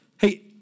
hey